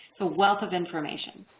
it's a wealth of information.